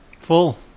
Full